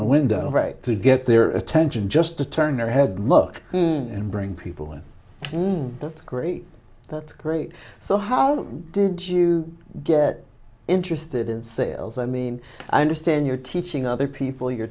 the window right to get their attention just to turn their head look and bring people in that's great that's great so how did you get interested in sales i mean i understand you're teaching other people you